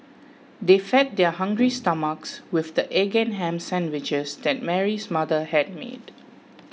they fed their hungry stomachs with the egg and ham sandwiches that Mary's mother had made